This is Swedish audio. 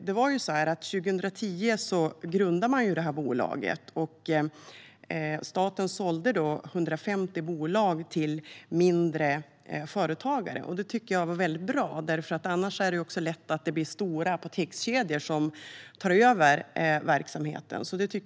Detta bolag grundades 2010 när staten sålde 150 bolag till mindre företagare. Det tycker jag var väldigt bra, för annars blir det lätt stora apotekskedjor som tar över verksamheten.